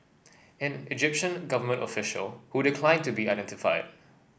an Egyptian government official who declined to be identified